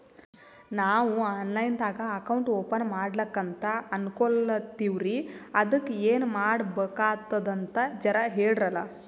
ನಾವು online ದಾಗ account open ಮಾಡ್ಲಕಂತ ಅನ್ಕೋಲತ್ತೀವ್ರಿ ಅದಕ್ಕ ಏನ ಮಾಡಬಕಾತದಂತ ಜರ ಹೇಳ್ರಲ?